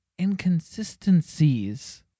inconsistencies